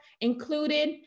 included